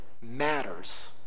matters